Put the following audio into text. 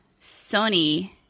Sony